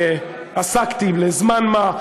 עסקתי זמן מה,